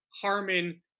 Harmon